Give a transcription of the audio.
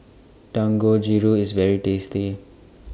Dangojiru IS very tasty